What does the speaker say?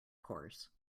course